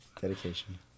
Dedication